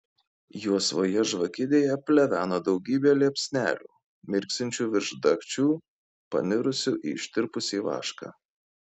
juosvoje žvakidėje pleveno daugybė liepsnelių mirksinčių virš dagčių panirusių į ištirpusį vašką